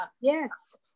Yes